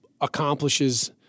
accomplishes